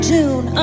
June